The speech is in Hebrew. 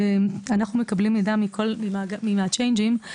אנחנו מקבלים מידע מהצ'יינג'ים,